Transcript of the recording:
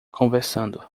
conversando